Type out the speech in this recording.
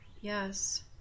Yes